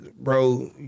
bro